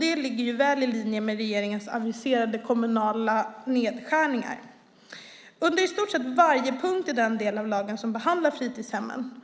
Det ligger väl i linje med regeringens aviserade kommunala nedskärningar. Under i stort sett varje punkt i den delen av lagen som behandlar fritidshemmen